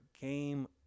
game